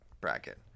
bracket